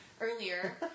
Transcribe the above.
earlier